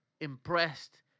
impressed